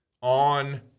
on